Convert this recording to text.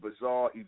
bizarre